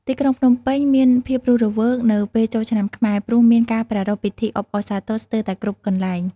ទីក្រុងភ្នំពេញមានភាពរស់រវើកនៅពេលចូលឆ្នាំខ្មែរ ព្រោះមានការប្រារព្ធពិធីអបអរសាទរស្ទើរតែគ្រប់កន្លែង។